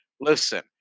listen